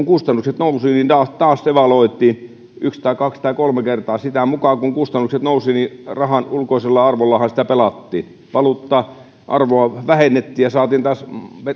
kustannukset nousivat niin taas devalvoitiin yksi tai kaksi tai kolme kertaa sitä mukaa kun kustannukset nousivat niin rahan ulkoisella arvollahan sitä pelattiin valuutta arvoa vähennettiin ja saatiin taas